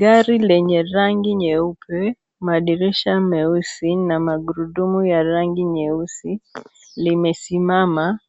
Gari lenye rangi nyeupe, madirisha meusi na magurudumu ya rangi nyeusi, limesimama,